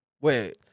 Wait